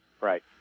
right